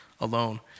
alone